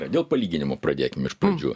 dėl palyginimų pradėkim iš pradžių